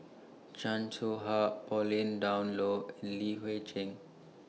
Chan Soh Ha Pauline Dawn Loh Li Hui Cheng